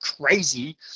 crazy